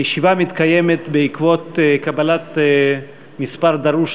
הישיבה מתקיימת בעקבות קבלת מספר דרוש